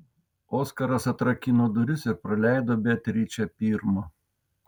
oskaras atrakino duris ir praleido beatričę pirmą